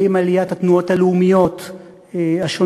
ועם עליית התנועות הלאומיות השונות,